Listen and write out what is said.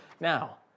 Now